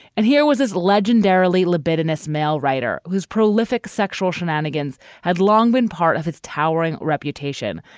and here was his legendarily libidinous male writer whose prolific sexual shenanigans had long been part of its towering reputation.